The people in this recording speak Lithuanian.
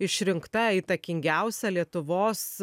išrinkta įtakingiausia lietuvos